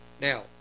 Now